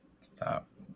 Stop